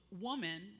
woman